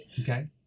Okay